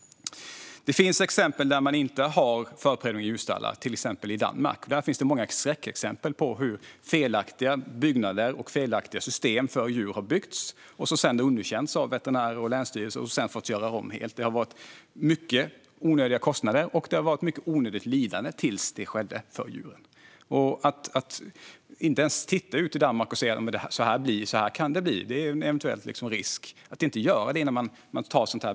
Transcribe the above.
Det finns exempel där det inte finns förprövning av djurstallar, till exempel i Danmark. Där finns många skräckexempel på hur felaktiga byggnader och felaktiga system för djur har byggts. Därefter har de underkänts av veterinärer och länsstyrelser, för att sedan göras om helt. Det har varit mycket onödiga kostnader och mycket onödigt lidande för djuren. Att inte ens titta på Danmark och se hur det kan bli innan ett beslut fattas är en risk.